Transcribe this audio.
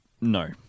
No